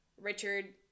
Richard